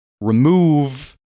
remove